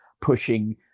pushing